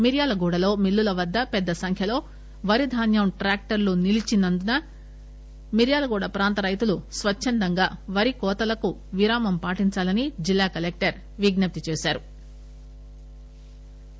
మిర్యాలగూడ లో మిల్లుల వద్ద పెద్ద సంఖ్య లో వరి ధాన్యం ట్రాక్టర్ లు నిలీచి నందున మిర్యాలగూడ ప్రాంత రైతులు స్పచ్చందంగా వరి కోతలకు విరామం పాటించాలని జిల్లా కలెక్టర్ విజ్ఞప్తి చేశారు